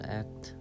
act